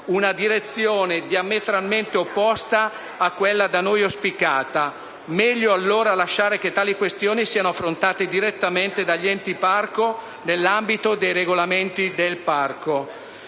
una direzione diametralmente opposta a quella da noi auspicata; meglio allora lasciare che tali questioni siano affrontate direttamente dagli enti parco, nell'ambito dei regolamenti di parco.